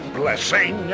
blessing